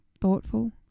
thoughtful